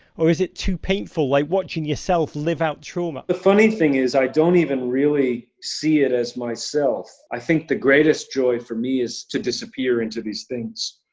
or is it too painful? like watching yourself live out trauma. jeremy the funny thing is i don't even really see it as myself. i think the greatest joy for me is to disappear into these things.